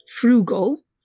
frugal